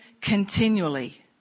continually